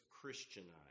Christianized